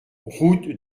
route